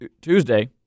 Tuesday